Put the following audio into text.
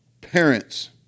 parents